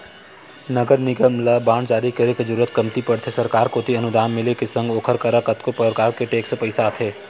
नगर निगम ल बांड जारी करे के जरुरत कमती पड़थे सरकार कोती अनुदान मिले के संग ओखर करा कतको परकार के टेक्स पइसा आथे